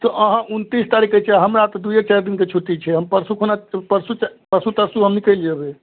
तऽ अहाँ उनतिस तारीखके छै हमरा तऽ दुइए चारि दिनके छुट्टी छै हम परसूखना परसू तरसू हम निकलि जेबै